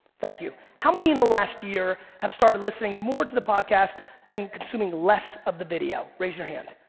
thank you. how many in the last year have started listening more to the podcast and consuming less of the video? raise your hand.